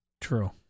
True